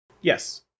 Yes